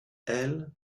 elles